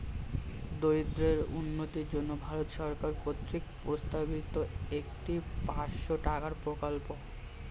দরিদ্রদের উন্নতির জন্য ভারত সরকার কর্তৃক প্রস্তাবিত একটি পাঁচশো টাকার প্রকল্প